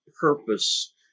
purpose